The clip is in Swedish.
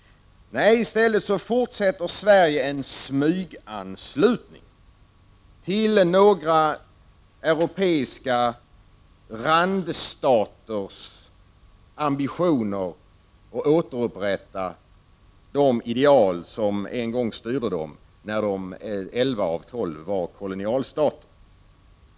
I stället fortsätter Sverige med en smyganslutning till några europeiska randstaters ambitioner att återupprätta de ideal som en gång styrde dem, när de var kolonialstater.